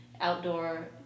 outdoor